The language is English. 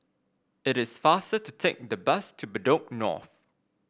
it is faster to take the bus to Bedok North